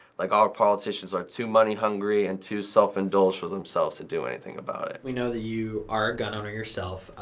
like all politicians are too money hungry and to self-indulged with themselves to do anything about it. we know that you are a gun owner yourself.